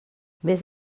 més